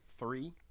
Three